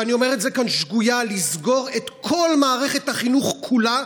ואני אומר כאן "שגויה" לסגור את כל מערכת החינוך כולה,